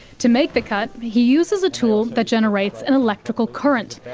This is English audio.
to make the cut, he uses a tool that generates an electrical current,